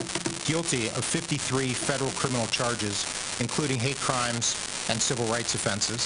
אך אנחנו יודעים שישנם פשעים רבים אשר לא מדווחים.